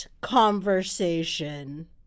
conversation